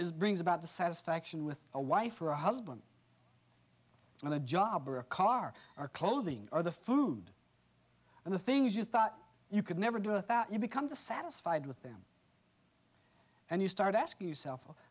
is brings about the satisfaction with a wife or a husband and a job or a car or clothing or the food and the things you thought you could never do or that you become dissatisfied with them and you start asking yourself